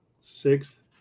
sixth